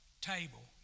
table